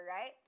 right